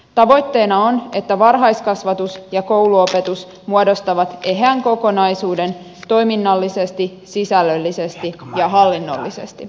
tavoitteena on että varhaiskasvatus ja kouluopetus muodostavat eheän kokonaisuuden toiminnallisesti sisällöllisesti ja hallinnollisesti